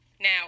Now